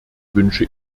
wünsche